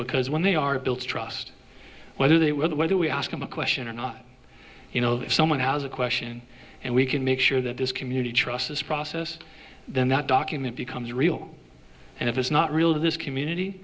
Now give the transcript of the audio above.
because when they are built trust whether they were whether we ask them a question or not you know if someone has a question and we can make sure that this community trust this process then that document becomes real and if it's not real to this community